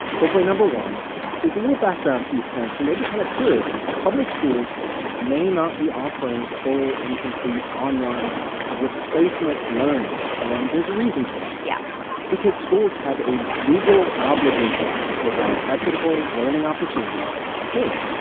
takeaway number one is a little background for you parents who may be kind of curious. public schools may not be offering full and complete online replacement learning. and there's a reason for that yeah that's because schools have a legal obligation to provide equitable learning opportunities to all kids.